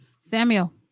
Samuel